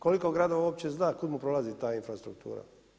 Koliko gradova uopće zna kud mu prolazi ta infrastruktura?